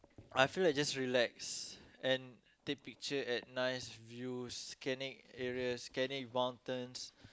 I feel like just relax and take pictures at nice views scenic areas scenic mountains